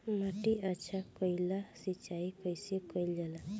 माटी अच्छा कइला ला सिंचाई कइसे कइल जाला?